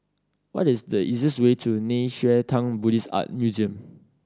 what is the easiest way to Nei Xue Tang Buddhist Art Museum